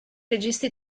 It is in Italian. registi